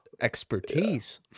expertise